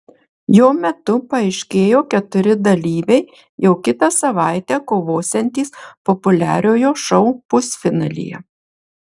jo metu paaiškėjo keturi dalyviai jau kitą savaitę kovosiantys populiariojo šou pusfinalyje